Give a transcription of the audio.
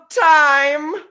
Time